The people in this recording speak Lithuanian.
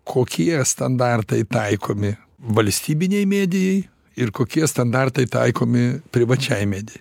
kokie standartai taikomi valstybinei medijai ir kokie standartai taikomi privačiai medijai